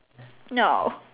no